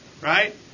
right